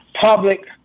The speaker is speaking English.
public